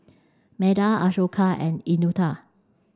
Medha Ashoka and Eunita